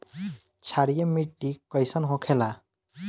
क्षारीय मिट्टी कइसन होखेला?